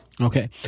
Okay